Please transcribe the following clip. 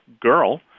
girl